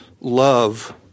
love